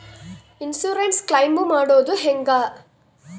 Insurance claim ಮಾಡೋದು ಹೆಂಗ?